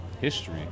history